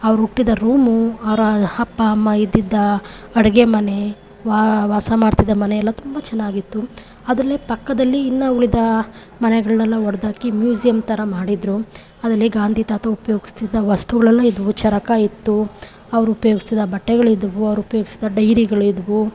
ಅವರು ಹುಟ್ಟಿದ ರೂಮು ಅವರ ಅಪ್ಪ ಅಮ್ಮ ಇದ್ದಿದ್ದ ಅಡುಗೆಮನೆ ವಾಸ ಮಾಡ್ತಿದ್ದ ಮನೆಯೆಲ್ಲ ತುಂಬ ಚೆನ್ನಾಗಿತ್ತು ಅದರಲ್ಲೇ ಪಕ್ಕದಲ್ಲಿ ಇನ್ನೂ ಉಳಿದ ಮನೆಗಳನ್ನೆಲ್ಲ ಒಡೆದಾಕಿ ಮ್ಯೂಸಿಯಮ್ ಥರ ಮಾಡಿದರು ಅದರಲ್ಲಿ ಗಾಂಧಿ ತಾತ ಉಪಯೋಗ್ಸ್ತಿದ್ದ ವಸ್ತುಗಳೆಲ್ಲ ಇದ್ದವು ಚರಕ ಇತ್ತು ಅವರು ಉಪಯೋಗಿಸ್ತಿದ್ದ ಬಟ್ಟೆಗಳಿದ್ದವು ಅವ್ರು ಉಪಯೋಗಿಸಿದ ಡೈರಿಗಳಿದ್ದವು